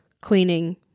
cleaning